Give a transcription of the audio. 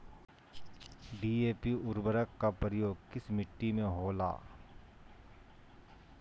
DAP उर्वरक का प्रयोग किस मिट्टी में होला?